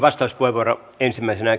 arvoisa puhemies